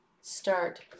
start